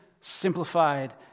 simplified